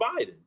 Biden